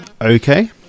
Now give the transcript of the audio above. okay